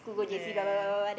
yeah yeah yeah yeah